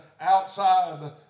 outside